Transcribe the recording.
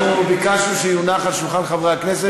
אבל מהרפורמה עברו לגרזנים בשיטת